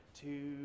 two